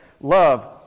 Love